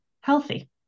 healthy